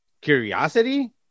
curiosity